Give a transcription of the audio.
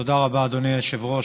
תודה רבה, אדוני היושב-ראש.